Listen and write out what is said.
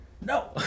no